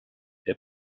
der